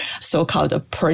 so-called